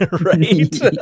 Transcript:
Right